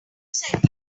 send